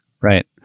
Right